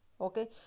okay